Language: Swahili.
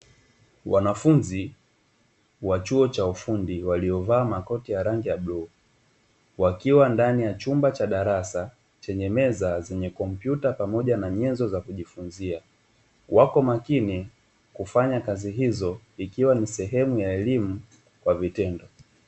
Wanafunzi wa chuo cha fundi waliovaa makoti ya rangi ya bluu, wakiwa ndani ya chumba cha darasa lenye meza na nyenzo za kujifunzia wapo makini kufanya kazi izo ikiwa ni sehemu ya elimu kwa vitendo.